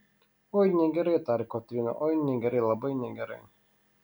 oi negerai tarė kotryna oi negerai labai negerai